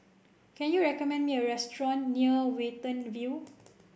can you recommend me a restaurant near Watten View